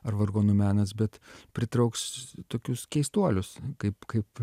ar vargonų menas bet pritrauks tokius keistuolius kaip kaip